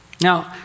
Now